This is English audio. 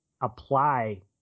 apply